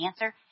answer